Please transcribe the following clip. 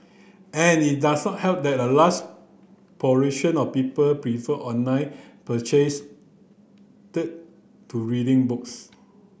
and it does not help that a last proportion of people prefer online to reading books